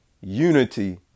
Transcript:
Unity